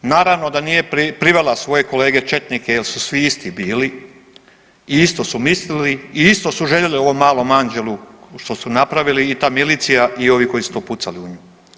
Naravno da nije privela svoje kolege četnike jer su svi isti bili i isto su mislili i isto su željeli ovom malom anđelu što su napravili i ta milicija i ovi koji su pucali u nju.